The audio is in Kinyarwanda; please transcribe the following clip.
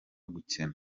gukena